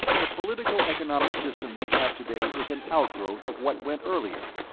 the politico-economic system we have today is an outgrowth of what went earlier.